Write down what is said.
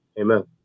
Amen